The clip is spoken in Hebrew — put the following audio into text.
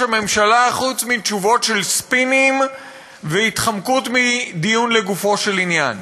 הממשלה חוץ מתשובות של ספינים והתחמקות מדיון לגופו של עניין,